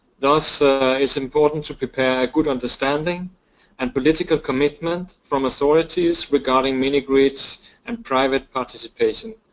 thus it's important to prepare good understanding and political commitment from authorities regarding mini-grids and private participation